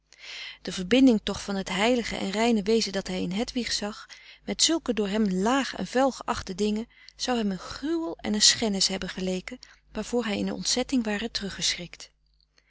de verbinding toch van het heilige en reine wezen dat hij in hedwig zag met zulke door hem laag en vuil geachte dingen zou hem een gruwel en een schennis hebben geleken waarvoor hij in ontzetting ware